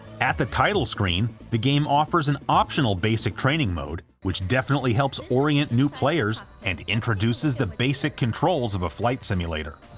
at the title screen, the game offers an optional basic training mode, which definitely helps orient new players and introduces the basic controls of a flight simulator.